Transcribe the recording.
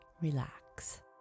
Relax